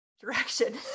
direction